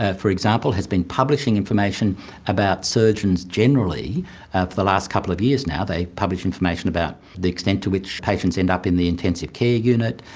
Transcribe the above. ah for example, has been publishing information about surgeons generally for the last couple of years now. they publish information about the extent to which patients end up in the intensive care unit.